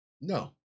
No